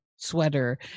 sweater